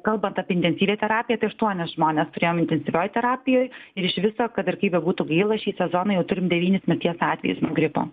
kalbant apie intensyvią terapiją tai aštuonis žmones turėjom intensyvioj terapijoj ir iš viso kad ir kaip bebūtų gaila šį sezoną jau turime devynis mirties atvejus nuo gripo